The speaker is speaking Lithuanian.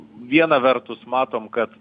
viena vertus matom kad